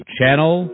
Channel